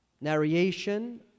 narration